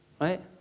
right